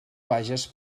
vages